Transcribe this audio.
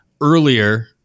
earlier